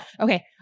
Okay